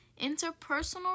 interpersonal